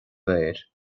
léir